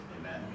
Amen